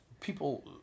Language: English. People